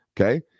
Okay